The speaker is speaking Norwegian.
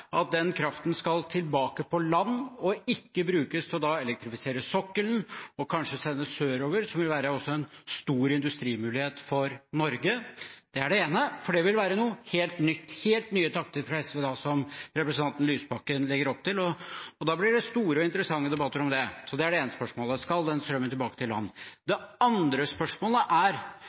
at den kraften skal tilbake på land og ikke brukes til å elektrifisere sokkelen og kanskje sendes sørover, som vil være en stor industrimulighet for Norge. Det er det ene. Det vil være helt nytt, helt nye takter fra SV som representanten Lysbakken legger opp til. Da blir det store og interessante debatter om det. Det er det ene spørsmålet: Skal den strømmen tilbake til land? Det andre spørsmålet er: